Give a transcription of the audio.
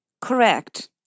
Correct